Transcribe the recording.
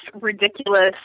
ridiculous